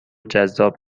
جذاب